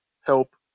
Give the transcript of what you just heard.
help